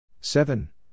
Seven